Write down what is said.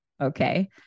Okay